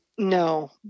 No